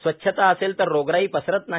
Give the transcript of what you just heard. स्वच्छता असक्र तर रोगराई पसरत नाही